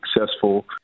successful